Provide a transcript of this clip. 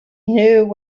knew